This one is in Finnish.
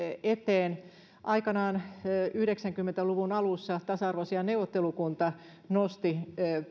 eteen aikanaan yhdeksänkymmentä luvun alussa tasa arvoasiain neuvottelukunta nosti